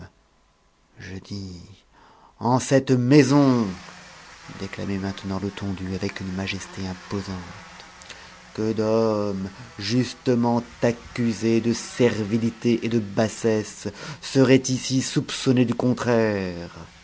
je dis en cette maison déclamait maintenant letondu avec une majesté imposante que d'hommes justement accusés de servilité et de bassesse seraient ici soupçonnés du contraire